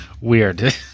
weird